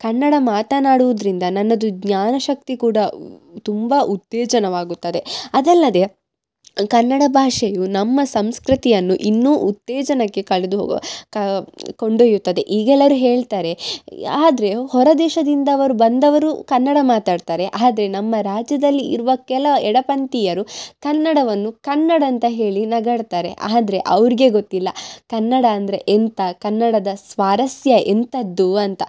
ಕನ್ನಡ ಮಾತನಾಡೋದ್ರಿಂದ ನನ್ನದು ಜ್ಞಾನ ಶಕ್ತಿ ಕೂಡ ತುಂಬ ಉತ್ತೇಜನವಾಗುತ್ತದೆ ಅದಲ್ಲದೆ ಕನ್ನಡ ಭಾಷೆಯು ನಮ್ಮ ಸಂಸ್ಕೃತಿಯನ್ನು ಇನ್ನೂ ಉತ್ತೇಜನಕ್ಕೆ ಕಳೆದು ಹೋಗುವ ಕಾ ಕೊಂಡೊಯ್ಯುತ್ತದೆ ಈಗೆಲ್ಲರು ಹೇಳ್ತಾರೆ ಆದರೆ ಹೊರ ದೇಶದಿಂದ ಅವರು ಬಂದವರು ಕನ್ನಡ ಮಾತಾಡ್ತಾರೆ ಆದರೆ ನಮ್ಮ ರಾಜ್ಯದಲ್ಲಿ ಇರುವ ಕೆಲ ಎಡ ಪಂಥೀಯರು ಕನ್ನಡವನ್ನು ಕನ್ನಡ ಅಂತ ಹೇಳಿ ನಗಾಡ್ತಾರೆ ಆದರೆ ಅವ್ರಿಗೆ ಗೊತ್ತಿಲ್ಲ ಕನ್ನಡ ಅಂದರೆ ಎಂತ ಕನ್ನಡದ ಸ್ವಾರಸ್ಯ ಎಂಥದ್ದೂ ಅಂತ